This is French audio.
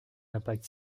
impact